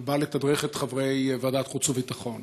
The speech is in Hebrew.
הוא בא לתדרך את חברי ועדת החוץ והביטחון